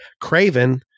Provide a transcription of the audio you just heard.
Craven